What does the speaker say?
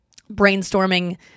brainstorming